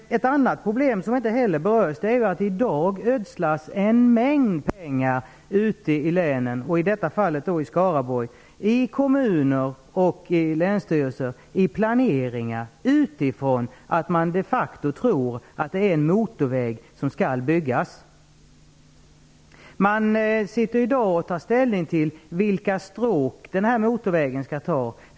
Ett annat problem som inte heller berörs är att det i dag ödslas en mängd pengar ute i länen, i detta fall i Skaraborg, och i kommuner och i länstyrelser på planeringar utifrån att man de facto tror att det är en motorväg som skall byggas. Man tar i dag ställning till vilka stråk den här motorvägen skall ta.